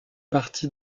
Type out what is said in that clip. partie